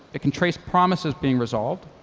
it can trace promises being resolved.